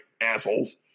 Assholes